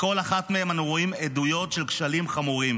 בכל אחת מהן אנו רואים עדויות של כשלים חמורים,